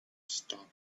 stopped